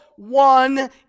One